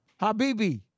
Habibi